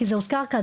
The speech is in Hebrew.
כי זה עוד קרקע,